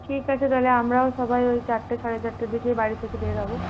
ঠিক আছে তাহলে আমরাও সবাই ওই চারটে সাড়ে চারটের দিকেই বাড়ি থেকে বের হব